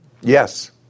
yes